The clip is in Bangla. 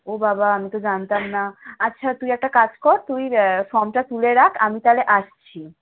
ও বাবা আমি তো জানতাম না আচ্ছা তুই একটা কাজ কর তুই ফ্রমটা তুলে রাখ আমি তাহলে আসছি